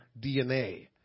DNA